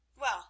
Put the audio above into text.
Well